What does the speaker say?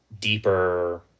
deeper